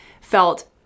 felt